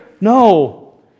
No